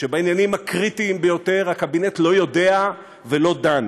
שבעניינים הקריטיים ביותר הקבינט לא יודע ולא דן.